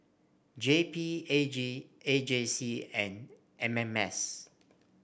J P A G A J C and M M S